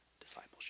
discipleship